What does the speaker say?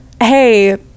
hey